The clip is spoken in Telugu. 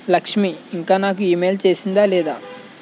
లక్ష్మీ ఇంకా నాకు ఈమెయిల్ చేసిందా లేదా